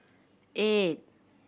eight